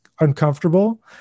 uncomfortable